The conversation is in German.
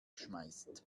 schmeißt